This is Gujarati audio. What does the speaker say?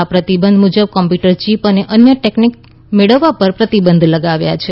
આ પ્રતિબંધ મુજબ કોમ્પ્યુટર ચીપ અને અન્ય ટેકનિક મેળવવા પર પ્રતિબંધ લગાવ્યા છે